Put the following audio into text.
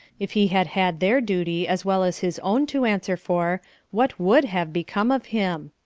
if he had had their duty as well as his own to answer for what would have become of him!